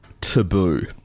taboo